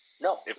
No